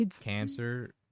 cancer